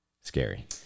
scary